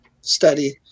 study